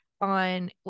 on